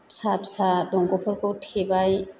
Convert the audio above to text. फिसा फिसा दंग'फोरखौ थेबाय